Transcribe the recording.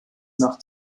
nach